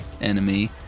enemy